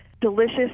delicious